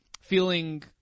feeling